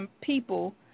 people